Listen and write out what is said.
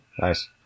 nice